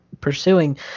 pursuing